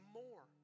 more